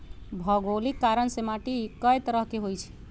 भोगोलिक कारण से माटी कए तरह के होई छई